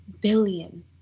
billion